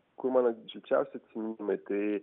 kur mano šilčiausi atsiminimai tai